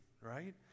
right